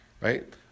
right